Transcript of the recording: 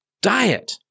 diet